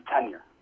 tenure